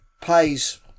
pays